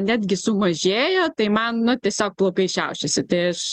netgi sumažėjo tai man nu tiesiog plaukai šiaušiasi tai aš